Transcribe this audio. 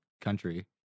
country